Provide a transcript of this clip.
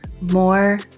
more